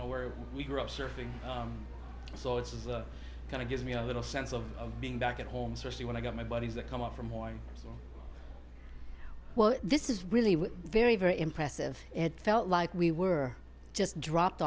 know where we grew up surfing so it's is a kind of gives me a little sense of being back at home especially when i got my buddies that come up for morning sir well this is really very very impressive it felt like we were just dropped